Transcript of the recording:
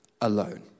alone